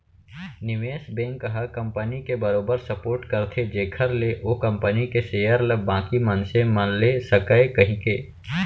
निवेस बेंक ह कंपनी के बरोबर सपोट करथे जेखर ले ओ कंपनी के सेयर ल बाकी मनसे मन ले सकय कहिके